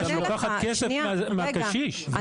אני